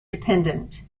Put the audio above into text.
dependent